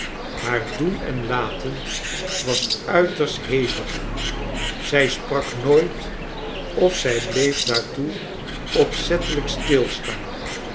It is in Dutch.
haar doen en laten was uiterst hevig zij sprak nooit of zij bleef daartoe opzettelijk stilstaan